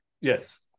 Yes